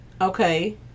Okay